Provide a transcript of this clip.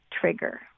trigger